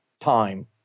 time